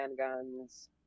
Handguns